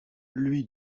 lui